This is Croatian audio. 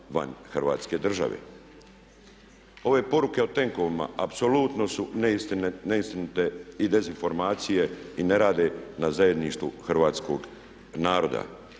van Hrvatske države. Ove poruke o tenkovima apsolutno su neistinite i dezinformacije i ne rade na zajedništvu Hrvatskog naroda